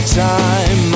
time